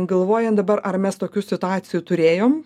galvojan dabar ar mes tokių situacijų turėjom